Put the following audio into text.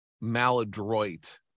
maladroit